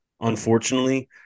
unfortunately